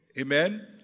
Amen